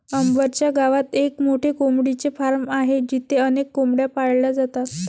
अंबर च्या गावात एक मोठे कोंबडीचे फार्म आहे जिथे अनेक कोंबड्या पाळल्या जातात